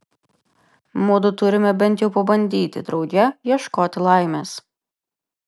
mudu turime bent jau pabandyti drauge ieškoti laimės